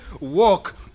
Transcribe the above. walk